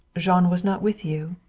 jean was not with you?